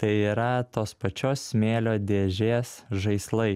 tai yra tos pačios smėlio dėžės žaislai